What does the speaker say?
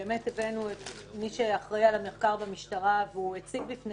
הבאנו את מי שאחראי על המחקר במשטרה שהציג בפני